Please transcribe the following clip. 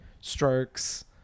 strokes